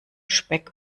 speck